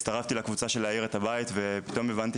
הצטרפתי לקבוצה של להאיר את הבית ופתאום הבנתי